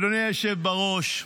אדוני היושב בראש,